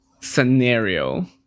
scenario